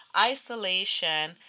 isolation